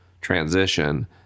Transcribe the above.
transition